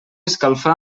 escalfar